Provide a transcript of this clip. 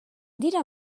dira